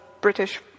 British